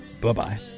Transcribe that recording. Bye-bye